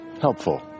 helpful